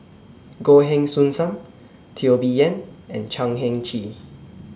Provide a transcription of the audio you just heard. Goh Heng Soon SAM Teo Bee Yen and Chan Heng Chee